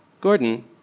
Gordon